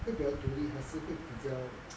会比较独立还是会比较